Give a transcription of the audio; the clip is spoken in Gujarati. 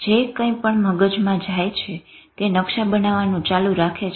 જે કઈ પણ મગજમાં જાય છે તેના નકશા બનાવાનું ચાલુ રાખે છે